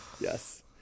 Yes